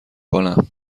کنم